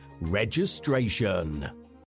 registration